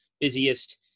busiest